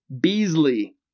Beasley